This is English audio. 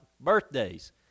birthdays